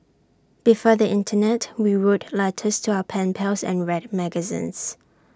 before the Internet we wrote letters to our pen pals and read magazines